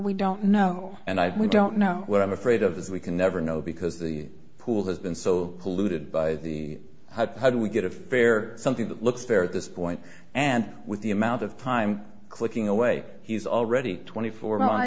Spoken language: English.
we don't know and i we don't know what i'm afraid of as we can never know because the pool has been so polluted by the how do we get a fair something that looks fair at this point and with the amount of time clicking away he's already twenty four